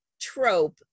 trope